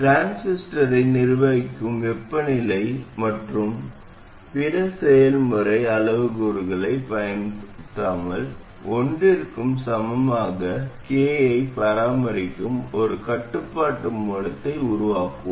டிரான்சிஸ்டரை நிர்வகிக்கும் வெப்பநிலை மற்றும் பிற செயல்முறை அளவுருக்களைப் பொருட்படுத்தாமல் ஒன்றிற்கு சமமாக k ஐ பராமரிக்கும் ஒரு கட்டுப்பாட்டு மூலத்தை உருவாக்குவோம்